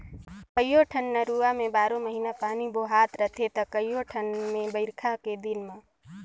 कयोठन नरूवा में बारो महिना पानी बोहात रहथे त कयोठन मे बइरखा के दिन में